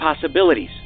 possibilities